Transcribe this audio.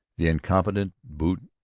the incompetent bute,